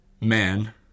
man